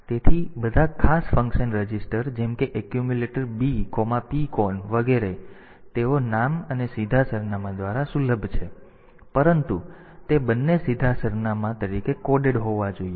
તેથી બધા ખાસ ફંક્શન રજિસ્ટર જેમ કે એક્યુમ્યુલેટર B PCON વગેરે તેઓ નામ અને સીધા સરનામા દ્વારા સુલભ છે પરંતુ તે બંને સીધા સરનામાં તરીકે કોડેડ હોવા જોઈએ